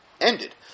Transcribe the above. ended